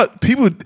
people